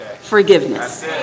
forgiveness